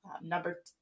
Number